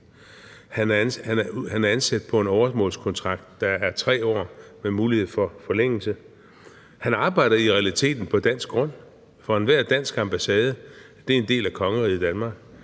Han er ansat på en åremålskontrakt på 3 år med mulighed for forlængelse. Han arbejder i realiteten på dansk grund, for enhver dansk ambassade er en del af kongeriget Danmark.